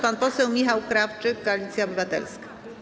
Pan poseł Michał Krawczyk, Koalicja Obywatelska.